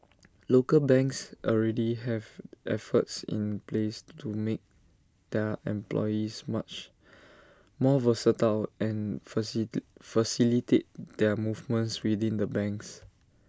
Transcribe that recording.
local banks already have efforts in place to make their employees much more versatile and facilitate their movements within the banks